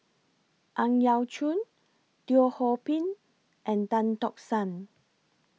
Ang Yau Choon Teo Ho Pin and Tan Tock San